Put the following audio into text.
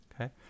okay